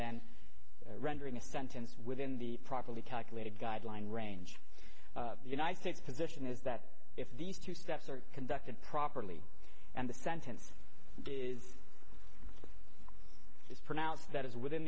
then rendering a sentence within the properly calculated guideline range the united states position is that if these two steps are conducted properly and the sentence is is pronounced that is within